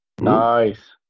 Nice